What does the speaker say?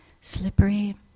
slippery